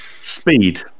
speed